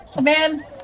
man